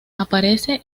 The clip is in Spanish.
aparece